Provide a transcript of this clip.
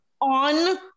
on